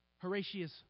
Horatius